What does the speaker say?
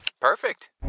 Perfect